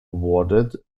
awarded